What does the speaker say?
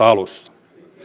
alussa